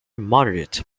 moderate